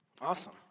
Awesome